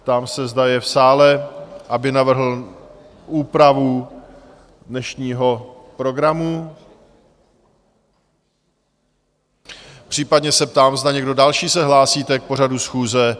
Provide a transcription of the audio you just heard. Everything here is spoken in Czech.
Ptám se, zda je v sále, aby navrhl úpravu dnešního programu, případně se ptám, zda někdo další se hlásíte k pořadu schůze?